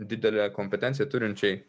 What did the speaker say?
didelę kompetenciją turinčiai